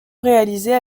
réalisées